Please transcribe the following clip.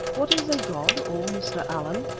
what is a god, o mr. allen?